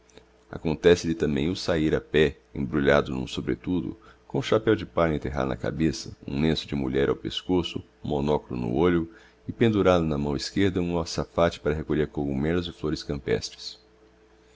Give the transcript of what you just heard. selim acontece lhe tambem o sair a pé embrulhado n'um sobretudo com um chapéu de palha enterrado na cabeça um lenço de mulher ao pescoço um monoculo no olho e pendurado na mão esquerda um açafate para recolher cogumelos e flôres campestres